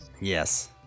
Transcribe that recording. Yes